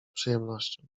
przyjemnością